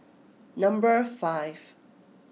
number five